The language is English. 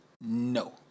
no